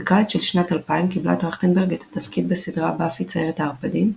בקיץ של שנת 2000 קיבלה טרכטנברג את התפקיד בסדרה "באפי ציידת הערפדים",